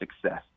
success